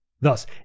Thus